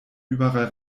überall